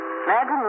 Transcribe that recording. imagine